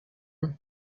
him